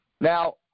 Now –